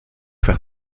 faire